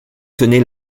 tenait